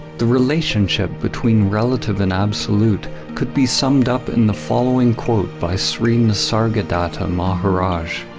the relationship between relative and absolute could be summed up in the following quote by sri nisargadatta maharaj